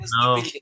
no